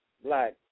black